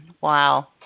Wow